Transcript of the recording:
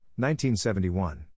1971